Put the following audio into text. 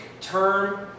term